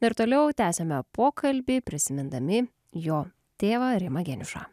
na ir toliau tęsiame pokalbį prisimindami jo tėvą rimą geniušą